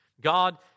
God